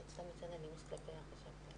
ירושלים, ערבבתם